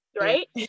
right